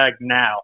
Now